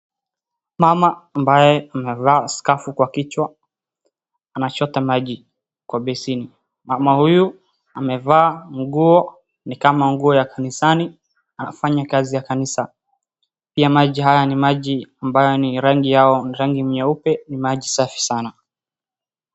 Mama ambaye amevaa scarf kwa kichwa anachota maji kwa besheni. Mama huyu amevaa nguo ni kama nguo ya kanisani. Anafanya kazi ya kanisa. Pia maji haya ni maji haya ni maji ambayo rangi yao ni rangi ya nyeupe. Ni maji safi sana.